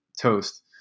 toast